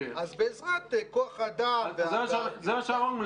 אז בעזרת כוח האדם --- זה מה שאמרנו.